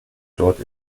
dort